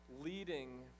leading